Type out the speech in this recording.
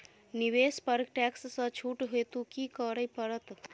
निवेश पर टैक्स सँ छुट हेतु की करै पड़त?